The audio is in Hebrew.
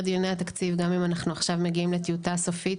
דיוני התקציב גם אם אנחנו עכשיו מגיעים לטיוטה סופית,